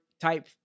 type